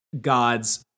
gods